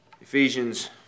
Ephesians